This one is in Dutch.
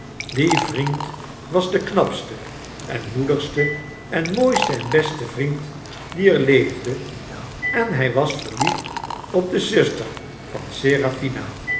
die vriend was de knapste en moedigste en mooiste en beste vriend die er leefde en hjj was verliefd op de zuster van